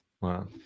Wow